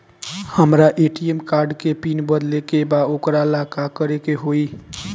हमरा ATM card के pin बदले के बा वोकरा ला का करे के होई?